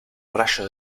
rayo